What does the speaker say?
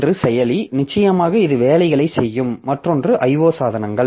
ஒன்று செயலி நிச்சயமாக இது வேலைகளைச் செய்யும் மற்றொன்று IO சாதனங்கள்